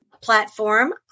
platform